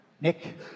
Nick